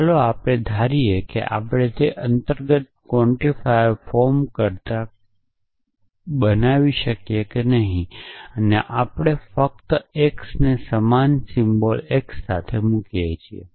ચાલો આપણે ધારીએ કે આપણે તે અંતર્ગત ક્વોન્ટિફાયર ફોર્મ કરતાં કરી શકીએ છીએ આપણે તેને ફક્ત x ને સમાન સિમ્બોલ x સાથે મૂકીએ છીએ